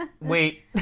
Wait